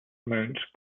amounts